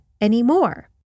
anymore